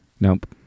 nope